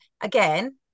again